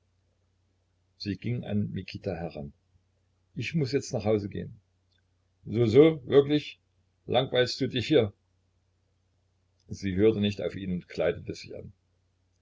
sie ging an mikita heran ich muß jetzt nach hause gehen so so wirklich langweilst du dich hier sie hörte nicht auf ihn und kleidete sich an